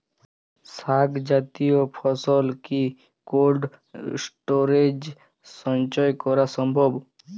শাক জাতীয় ফসল কি কোল্ড স্টোরেজে সঞ্চয় করা সম্ভব?